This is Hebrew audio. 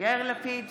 יאיר לפיד,